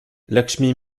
lakshmi